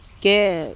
के